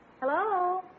Hello